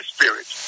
Spirit